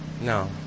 No